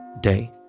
day